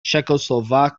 czechoslovak